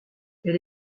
elle